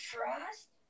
Trust